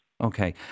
Okay